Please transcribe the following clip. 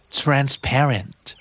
transparent